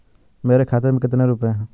मेरे खाते में कितने रुपये हैं?